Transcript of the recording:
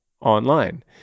online